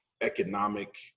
economic